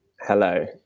Hello